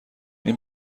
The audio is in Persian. این